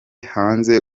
hanze